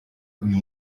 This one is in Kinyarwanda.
uyu